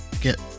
get